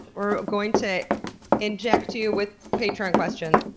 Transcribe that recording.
we're going to inject you with patreon questions!